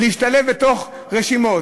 להשתלב בתוך רשימות.